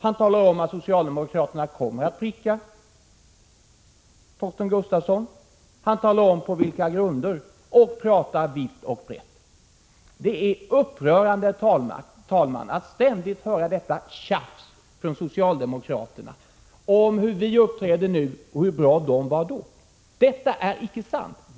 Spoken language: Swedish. Han talade även om att socialdemokraterna skulle pricka Torsten Gustafsson, och på vilka grunder. Herr talman! Det är upprörande att ständigt höra detta tjafs från socialdemokraterna om hur vi uppträder nu och hur bra de var då. Detta är icke sant.